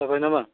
जाबाय नामा